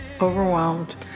overwhelmed